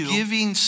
giving